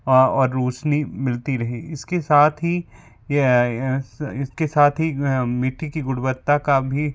और रौशनी मिलती रहे इसके साथ ही यह इसके साथ ही मिट्टी की गुणवत्ता का भी